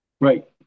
Right